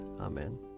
Amen